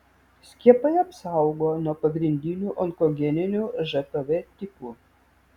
skiepai apsaugo nuo pagrindinių onkogeninių žpv tipų